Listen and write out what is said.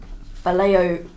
Vallejo